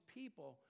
people